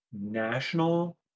national